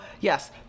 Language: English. yes